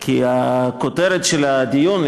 כי הכותרת של הדיון,